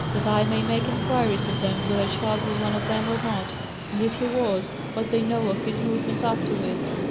that i may make inquiries of them whether charles was one of them or not and, if he was, what they know of his movements afterwards.